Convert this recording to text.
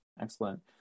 Excellent